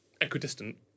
equidistant